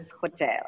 Hotel